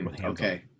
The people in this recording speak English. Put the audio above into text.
Okay